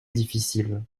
difficile